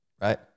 right